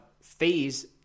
phase